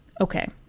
Okay